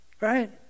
right